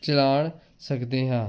ਚਲਾਣ ਸਕਦੇ ਹਾਂ